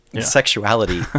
sexuality